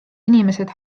inimesed